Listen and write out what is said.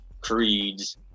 creeds